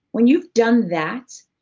when you've done that,